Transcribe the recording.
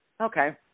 Okay